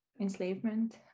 enslavement